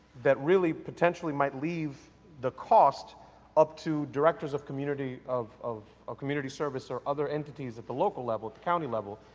that, really potentially might leave the cost up to directors of community, of of community service or other entities at the local level, county level,